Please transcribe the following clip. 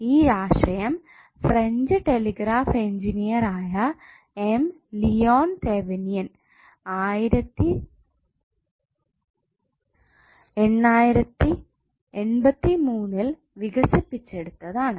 ഈ ആശയം French telegraph engineer ആയ എം ലിയോൺ തെവെനിൻ 1883 യിൽ വികസിപ്പിച്ചെടുത്തത് ആണ്